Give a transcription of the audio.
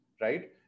right